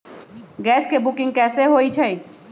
Gas के booking कैसे होईछई?